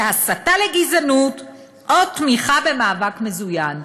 זה הסתה לגזענות או תמיכה במאבק מזוין.